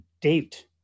date